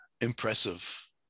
impressive